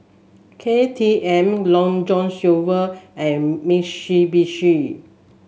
K T M Long John Silver and Mitsubishi